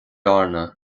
airne